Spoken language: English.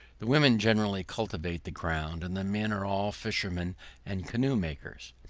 the women generally cultivate the ground, and the men are all fishermen and canoe makers.